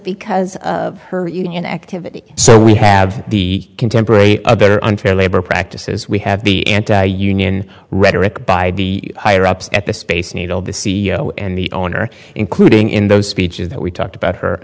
because of her union activity so we have the contemporary other unfair labor practices we have the anti union rhetoric by the higher ups at the space needle the c e o and the owner including in those speeches that we talked about her